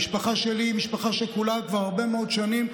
המשפחה שלי היא משפחה שכולה כבר הרבה מאוד שנים.